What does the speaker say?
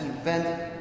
event